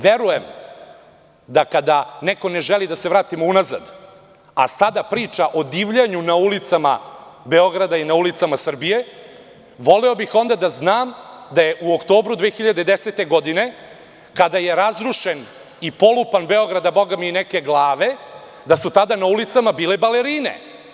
Verujem da kada neko ne želi da se vratimo unazad, a sada priča o divljanju na ulicama Beograda i na ulicama Srbije, voleo bih onda da znam da je u oktobru 2010. godine, kada je razrušen i polupan Beograd, a boga mi i neke glave, da su tada na ulicama bile balerine.